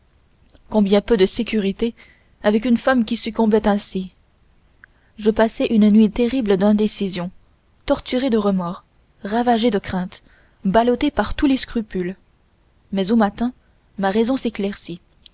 combien peu de sécurité avec une femme qui succombait ainsi je passai une nuit terrible d'indécision torturé de remords ravagé de craintes ballotté par tous les scrupules mais au matin ma raison s'éclaircit